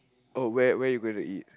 oh where where you going to eat